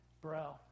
bro